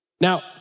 Now